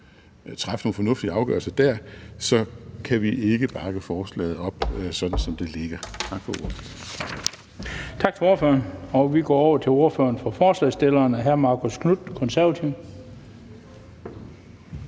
træffe nogle fornuftige afgørelser der, kan vi ikke bakke forslaget op, sådan som det ligger. Tak for ordet. Kl. 15:14 Den fg. formand (Bent Bøgsted): Tak til ordføreren. Vi går over til ordføreren for forslagsstillerne, hr. Marcus Knuth, Det Konservative